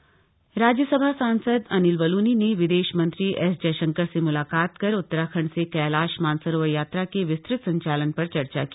अनिल बलनी राज्यसभा सांसद अनिल बलूनी ने विदेश मंत्री एस जयशंकर से मुलाकात कर उत्तराखंड से कैलाश मानसरोवर यात्रा के विस्तृत संचालन पर चर्चा की